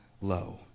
low